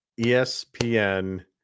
ESPN